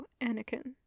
Anakin